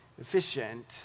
efficient